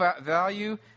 value